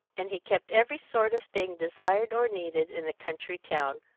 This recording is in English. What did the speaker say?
and he kept every sort of thing desired or needed in a country town,